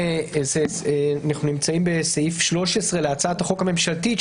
אנחנו נמצאים בסעיף 13 להצעת החוק הממשלתית,